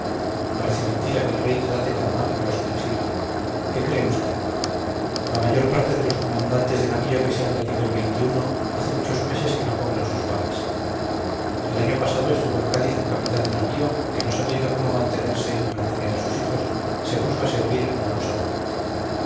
parece mentira que el rey trate tan mal a los que le sirven qué cree usted la mayor parte de los comandantes de navío que se han batido el hace muchos meses que no cobran sus pagas el año pasado estuvo en cádiz un capitán de navío que no sabiendo cómo mantenerse y mantener a sus hijos se puso a servir en una posada